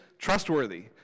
trustworthy